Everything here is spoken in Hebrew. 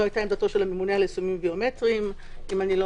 זו היתה עמדתו של הממונה על יישומים ביומטריים שהיה